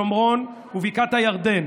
שומרון ובקעת הירדן,